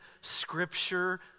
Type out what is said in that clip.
scripture